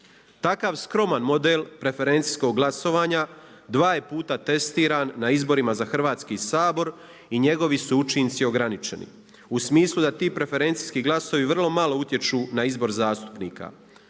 Takav skroman model preferencijskog glasovanja dva je puta testiran na izborima za Hrvatski sabor i njegovi su učinci ograničeni u smislu da ti preferencijski glasovi vrlo malo utječu na izbor zastupnika.